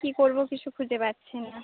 কী করব কিছু খুঁজে পাচ্ছিনা